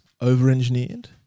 over-engineered